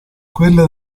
quelle